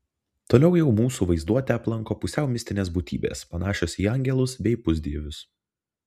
toliau jau mūsų vaizduotę aplanko pusiau mistinės būtybės panašios į angelus bei pusdievius